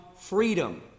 freedom